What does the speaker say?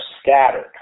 scattered